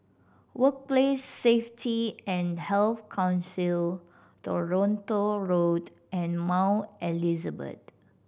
Workplace Safety and Health Council Toronto Road and Mount Elizabeth